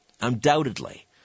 Undoubtedly